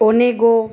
ઓનેગો